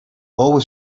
away